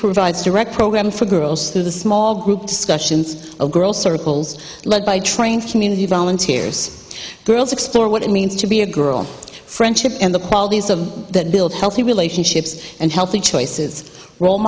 provides direct program for girls through the small group discussions of girl circles led by trained community volunteers girls exploring what it means to be a girl friendship and the qualities of that build healthy relationships and healthy choices role